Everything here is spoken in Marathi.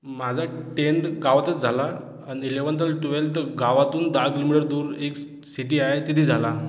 माझा टेन्थ गावातच झाला आणि इलेवंथ अल ट्वेल्थ गावातून दहा किलोमीटर दूर एक सी सिटी आहे तिथे झाला